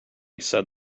said